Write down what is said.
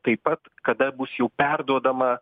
taip pat kada bus jau perduodama